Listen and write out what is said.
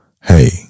hey